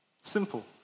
Simple